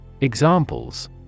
Examples